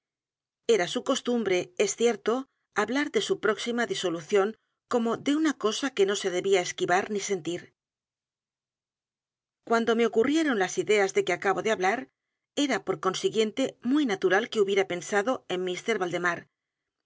era su costumbre es cierto hablar de su próxima disolución como de una cosa que no se debía esquivar ni sentir cuando me ocurrieron las ideas de que acabo de hablar era por consiguiente muy natural que hubiera pensado en mr